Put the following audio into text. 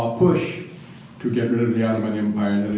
um push to get rid of the ottoman empire?